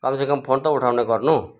कमसेकम फोन त उठाउने गर्नु